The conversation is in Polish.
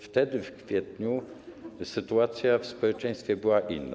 Wtedy, w kwietniu, sytuacja w społeczeństwie była inna.